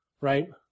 right